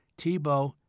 Tebow—